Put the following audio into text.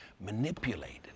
manipulated